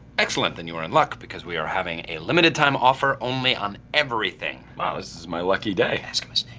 excellent, then you are in luck because we are having a limited time offer only on everything. wow, this is my lucky day. ask him his